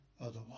otherwise